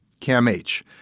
CAMH